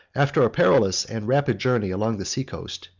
after a perilous and rapid journey along the sea-coast,